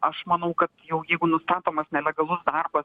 aš manau kad jau jeigu nustatomas nelegalus darbas